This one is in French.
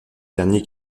derniers